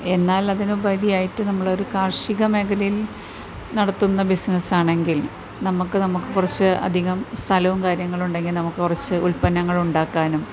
എന്നാലതിന് ഉപരിയായിട്ട് നമ്മൾ ഒരു കാർഷിക മേഖലയിൽ നടത്തുന്ന ബിസിനസ്സ് ആണെങ്കിൽ നമുക്ക് നമ്മക്ക് കുറച്ച് അധികം സ്ഥലവും കാര്യങ്ങളും ഉണ്ടെങ്കിൽ നമുക്ക് കുറച്ച് ഉല്പന്നങ്ങൾ ഉണ്ടാക്കാനും